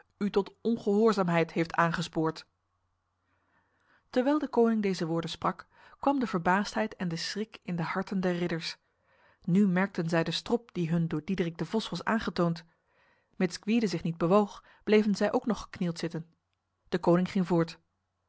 u tot ongehoorzaamheid heeft aangespoord terwijl de koning deze woorden sprak kwam de verbaasdheid en de schrik in de harten der ridders nu merkten zij de strop die hun door diederik de vos was aangetoond mits gwyde zich niet bewoog bleven zij ook nog geknield zitten de koning ging voort